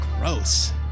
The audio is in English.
Gross